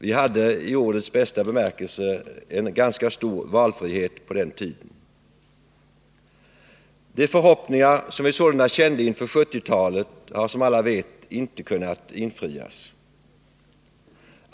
Vi hade i ordets bästa bemärkelse en ganska stor valfrihet på den tiden. De förhoppningar som vi sålunda kände inför 1970-talet har, som alla vet, inte kunnat infrias.